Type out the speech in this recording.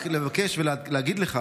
רק לבקש ולהגיד לך